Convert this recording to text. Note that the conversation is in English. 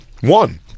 One